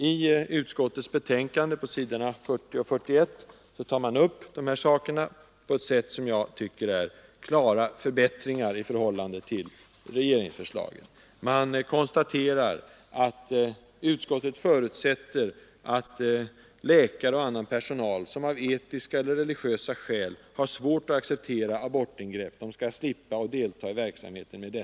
I utskottets betänkande tar man på s. 40 och 41 upp de här sakerna på ett sätt som innebär klara förbättringar i förhållande till regeringsförslaget. Utskottet förutsätter att ”läkare och annan sjukvårdspersonal, som av etiska eller religiösa skäl har svårt att acceptera abortingrepp, skall slippa delta i verksamheten härmed”.